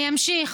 אני אמשיך.